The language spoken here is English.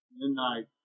midnight